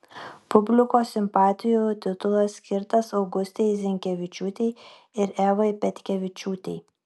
publikos simpatijų titulas skirtas augustei zinkevičiūtei ir evai petkevičiūtei